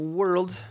world